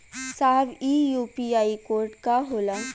साहब इ UPI code का होला?